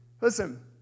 Listen